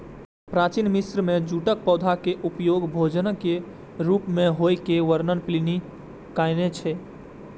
प्राचीन मिस्र मे जूटक पौधाक उपयोग भोजनक रूप मे होइ के वर्णन प्लिनी कयने छै